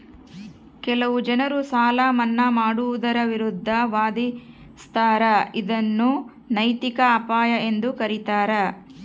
ಕೆಲವು ಜನರು ಸಾಲ ಮನ್ನಾ ಮಾಡುವುದರ ವಿರುದ್ಧ ವಾದಿಸ್ತರ ಇದನ್ನು ನೈತಿಕ ಅಪಾಯ ಎಂದು ಕರೀತಾರ